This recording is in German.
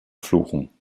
fluchen